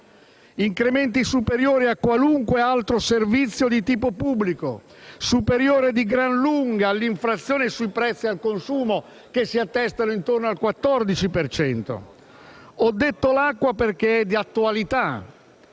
incrementi superiori a qualunque altro servizio di tipo pubblico e superiori di gran lunga all'inflazione sui prezzi al consumo, che si attesta intorno al 14 per cento. Ho parlato dell'acqua perché è un tema di attualità.